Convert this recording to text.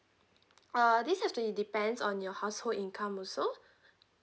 uh this have to depend on your household income also